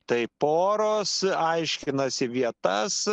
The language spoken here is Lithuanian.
tai poros aiškinasi vietas